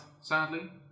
sadly